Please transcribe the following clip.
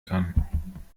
kann